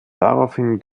daraufhin